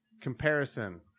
comparison